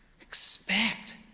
Expect